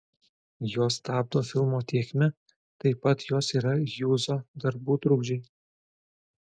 jos stabdo filmo tėkmę taip pat jos yra hjūzo darbų trukdžiai